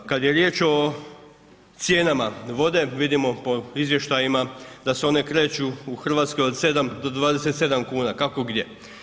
Kad je riječ o cijenama vode vidimo po izvještajima da se one kreću u Hrvatskoj od 7 do 27 kuna, kako gdje.